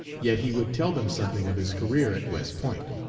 yet he would tell them something of his career at west point.